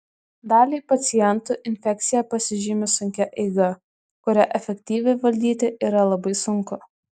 daliai pacientų infekcija pasižymi sunkia eiga kurią efektyviai valdyti yra labai sunku